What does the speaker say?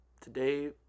today